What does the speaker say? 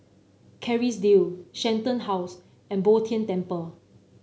Kerrisdale Shenton House and Bo Tien Temple